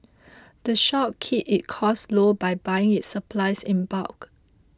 the shop keeps its costs low by buying its supplies in bulk